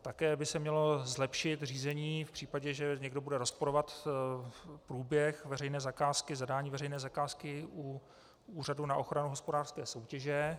Také by se mělo zlepšit řízení v případě, že někdo bude rozporovat průběh veřejné zakázky, zadání veřejné zakázky u Úřadu na ochranu hospodářské soutěže.